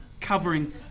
covering